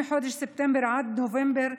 מחודש ספטמבר עד נובמבר,